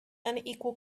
unequal